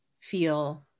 feel